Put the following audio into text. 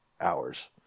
hours